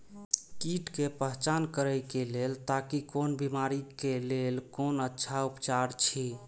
कीट के पहचान करे के लेल ताकि कोन बिमारी के लेल कोन अच्छा उपचार अछि?